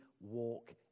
walk